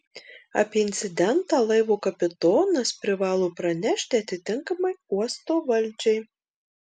apie incidentą laivo kapitonas privalo pranešti atitinkamai uosto valdžiai